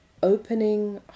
Opening